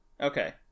okay